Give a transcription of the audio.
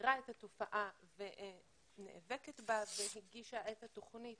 מכירה את התופעה ונאבקת בה והיא הגישה את התוכנית